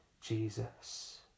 Jesus